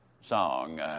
song